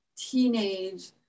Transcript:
teenage